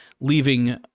leaving